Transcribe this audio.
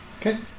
Okay